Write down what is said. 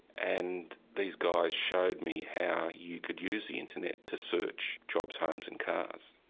and these guys showed me how you could use the internet to search jobs, homes and cars.